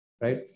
Right